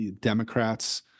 Democrats